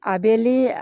আবেলি